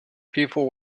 people